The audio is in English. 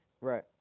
Right